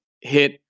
hit